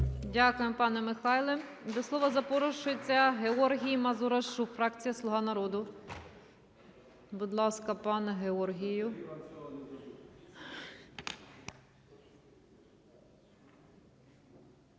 Дякуємо, пане Михайле. До слова запрошується Георгій Мазурашу, фракція "Слуга народу". Будь ласка, пане Георгію.